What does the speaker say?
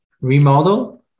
remodel